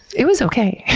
it was okay.